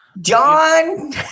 John